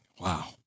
Wow